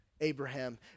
Abraham